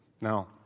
Now